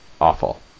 awful